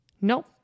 Nope